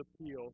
appeal